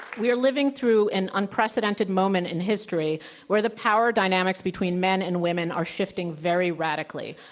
we are living through an unprecedented moment in history where the power dynamics between men and women are shifting very radically.